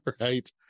Right